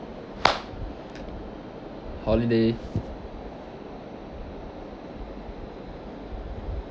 holiday